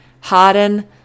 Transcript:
harden